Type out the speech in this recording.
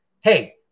Hey